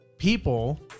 people